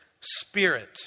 spirit